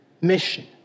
mission